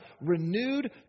renewed